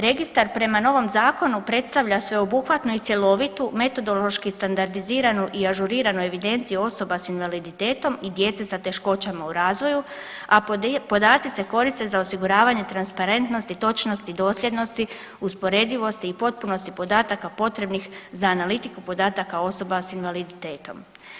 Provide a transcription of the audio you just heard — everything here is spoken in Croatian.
Registar prema novom Zakonu predstavlja sveobuhvatno i cjelovitu metodološki standardiziranu i ažuriranu evidenciju osoba s invaliditetom i djece sa teškoćama u razvoju, a podaci se koriste za osiguravanje transparentnosti, točnosti i dosljednosti, usporedivosti i potpunosti podataka potrebnih za analitiku podataka osoba s invaliditetom.